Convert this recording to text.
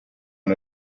one